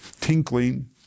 tinkling